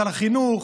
על החינוך,